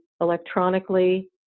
electronically